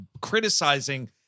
criticizing